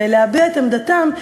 ולהביע את עמדתם,